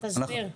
תסביר.